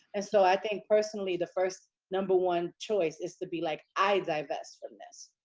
and so i think personally, the first number one choice is to be like i divest from this.